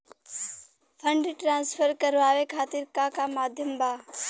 Fund transfer करवाये खातीर का का माध्यम बा?